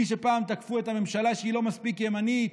מי שפעם תקפו את הממשלה שהיא לא מספיק ימנית,